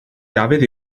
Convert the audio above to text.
dafydd